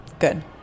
Good